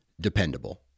dependable